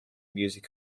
music